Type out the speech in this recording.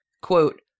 quote